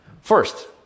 First